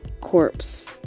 Corpse